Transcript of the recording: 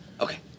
Okay